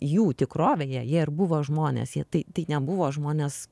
jų tikrovėje jie ir buvo žmonės jie tai tai nebuvo žmonės